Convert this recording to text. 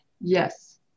Yes